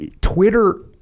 Twitter